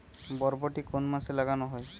বরবটি কোন মাসে লাগানো হয়?